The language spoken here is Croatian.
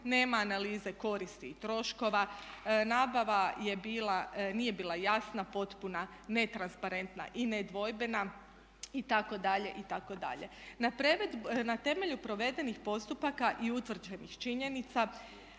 nema analize koristi i troškova. Nabava nije bila jasna, potpuna, netransparentna i nedvojbena itd., itd. Na temelju provedenih postupaka i utvrđenih činjenica